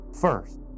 First